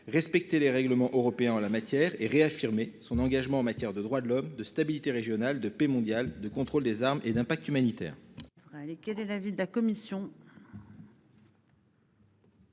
Respecter les règlements européens en la matière et réaffirmé son engagement en matière de droits de l'homme de stabilité régionale de paix mondiale de contrôle des armes et d'impact humanitaire.